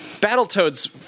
Battletoads